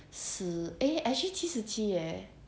十 eh actually 七十七 leh